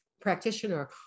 practitioner